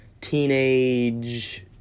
teenage